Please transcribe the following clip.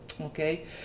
okay